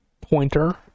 pointer